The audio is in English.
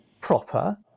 proper